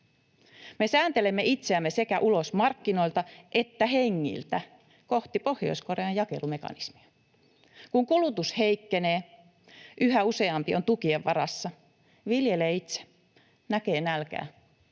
Me sääntelemme itseämme sekä ulos markkinoilta että hengiltä, kohti Pohjois-Korean jakelumekanismia. Kun kulutus heikkenee, yhä useampi on tukien varassa, viljelee itse, näkee nälkää